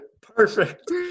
Perfect